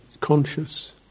conscious